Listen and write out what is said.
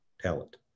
talent